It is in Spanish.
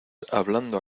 hablando